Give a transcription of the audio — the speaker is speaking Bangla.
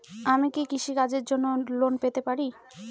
আমি কি কৃষি কাজের জন্য লোন পেতে পারি?